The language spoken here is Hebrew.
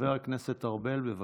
חבר הכנסת ארבל, בבקשה.